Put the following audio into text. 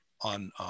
on